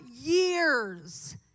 years